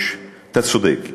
אתה צודק,